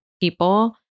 people